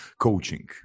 coaching